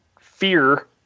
fear